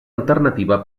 alternativa